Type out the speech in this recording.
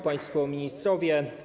Państwo Ministrowie!